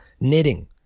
knitting